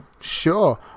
Sure